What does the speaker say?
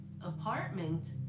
apartment